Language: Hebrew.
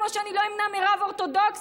כמו שאני לא אמנע מרב אורתודוקסי,